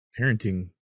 parenting